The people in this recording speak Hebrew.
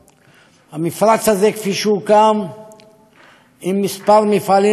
במפרץ הזה יש מספר מפעלים מאוד גדול